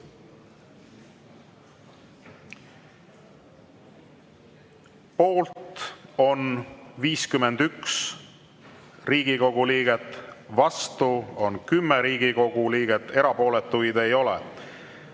Poolt on 51 Riigikogu liiget, vastu on 10 Riigikogu liiget, erapooletuid ei ole.